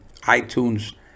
itunes